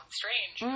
strange